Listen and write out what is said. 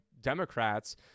Democrats